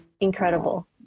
Incredible